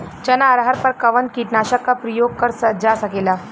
चना अरहर पर कवन कीटनाशक क प्रयोग कर जा सकेला?